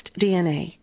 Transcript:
DNA